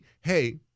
hey